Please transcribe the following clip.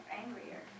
angrier